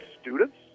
students